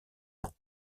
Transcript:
ans